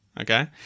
Okay